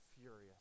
furious